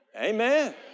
Amen